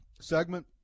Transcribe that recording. segment